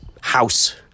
house